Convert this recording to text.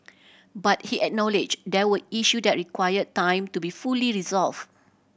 but he acknowledge there were issue that require time to be fully resolve